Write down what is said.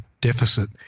deficit